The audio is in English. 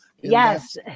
Yes